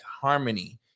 harmony